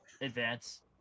advance